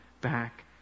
back